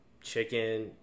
chicken